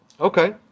Okay